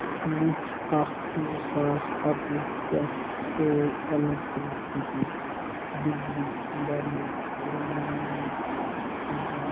وُہ اکھ زٕ ساس اَکہٕ وُہ پٮ۪ٹھ تھوو ایٚلیکٹرکسٹی بِجلی برنُک ریمنانڑر